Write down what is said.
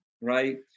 right